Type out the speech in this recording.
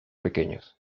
pequeños